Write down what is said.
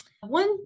One